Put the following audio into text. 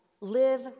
live